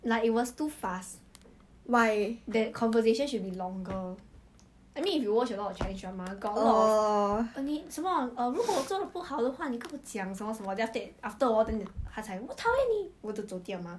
I won't leh honestly if I have right touch wood ah if I have ah I will keep quiet about it until the day where I mati then um the they will know